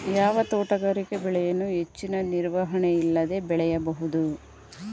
ಯಾವ ತೋಟಗಾರಿಕೆ ಬೆಳೆಯನ್ನು ಹೆಚ್ಚಿನ ನಿರ್ವಹಣೆ ಇಲ್ಲದೆ ಬೆಳೆಯಬಹುದು?